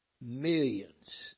millions